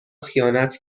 خیانت